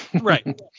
right